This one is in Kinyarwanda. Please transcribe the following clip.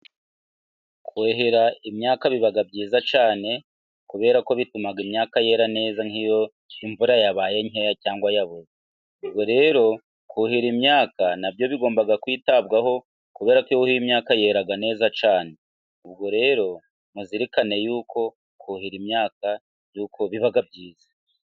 Kuhira imyaka biba byiza cyane kuberako bituma imyaka yera neza nk'iyo imvura yabaye nkeya cyangwa yabuze, ubwo rero kuhira imyaka nabyo bigomba kwitabwaho kuberako iyo wuhiye imyaka yera neza cyane, ubwo rero muzirikane y'uko kuhira imyaka y'uko biba byiza.